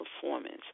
performance